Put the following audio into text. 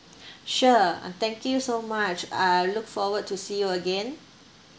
sure uh thank you so much I look forward to see you again